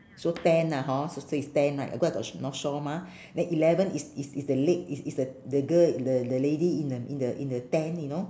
so ten lah hor so you see is ten right because of the north shore mah then eleven is is is the la~ is is the the girl the the lady in the in the in the tent you know